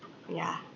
yeah